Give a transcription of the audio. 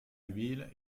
huile